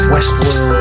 Westworld